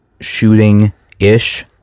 shooting-ish